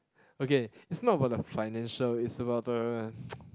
okay it's not about the financial it's about the